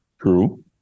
true